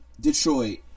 Detroit